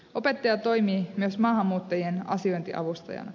opettaja toimii myös maahanmuuttajien asiointiavustajana